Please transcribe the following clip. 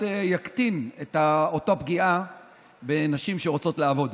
יקטין את אותה פגיעה בנשים שרוצות לעבוד.